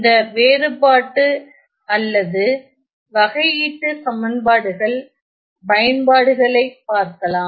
இந்த வேறுபாட்டு அல்லது வகையீட்டுச் சமன்பாடுகள் பயன்பாடுகளை பார்க்கலாம்